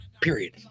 period